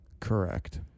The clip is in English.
Correct